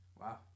wow